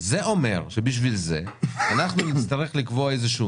בשביל זה אנחנו נצטרך לקבוע איזשהו